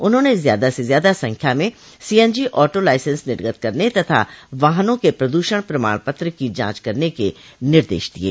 उन्होंने ज्यादा से ज्यादा संख्या में सीएनजी ऑटो लाइसेंस निर्गत करने तथा वाहनों के प्रदूषण प्रमाण पत्र की जांच करने के निर्देश दिये